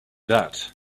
that